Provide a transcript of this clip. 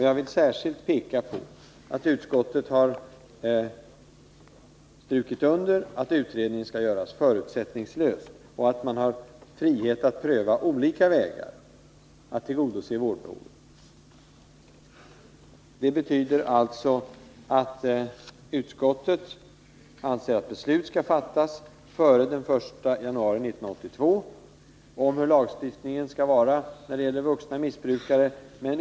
Jag vill särskilt peka på att utskottet har strukit under att utredningen skall göras förutsättningslös och ha frihet att pröva olika vägar att tillgodose vårdbehoven. Det betyder alltså att utskottet anser att beslut skall fattas före den 1 januari 1982 om hur lagstiftningen när det gäller vuxna missbrukare skall vara utformad.